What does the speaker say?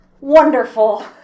Wonderful